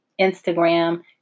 Instagram